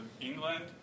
England